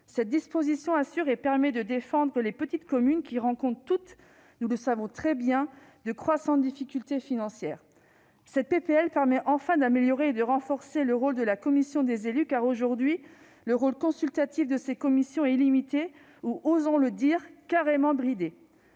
Cette disposition permet de défendre les petites communes qui rencontrent toutes, nous le savons, de croissantes difficultés financières. Cette proposition de loi permet, enfin, d'améliorer et de renforcer le rôle des commissions d'élus car, aujourd'hui, le rôle consultatif de ces commissions est limité, voire- osons le dire -carrément bridé.